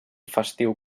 festiu